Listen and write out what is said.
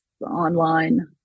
online